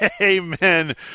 amen